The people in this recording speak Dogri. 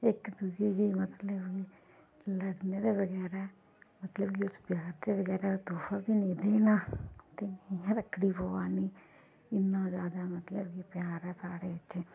इक दुए गी मतलब गी लड़ने दे बगैरा मतलब कि उसी प्यार दे बगैरा तोह्फा बी नी देना ते में रक्खड़ी पोआनी इन्ना ज्यादा मतलब कि प्यार ऐ साढ़े च